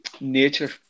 nature